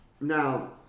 Now